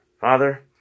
Father